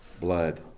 blood